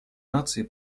наций